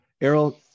Errol